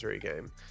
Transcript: game